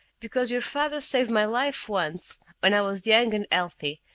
because your father saved my life once when i was young and healthy,